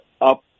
up